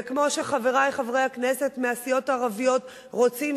וכמו שחברי חברי הכנסת מהסיעות הערביות רוצים